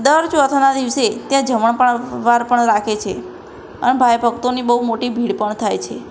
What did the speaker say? દર ચોથના દિવસે ત્યાં જમણ પણ વાર પણ રાખે છે અને ભાવિ ભક્તોની બહુ મોટી ભીડ પણ થાય છે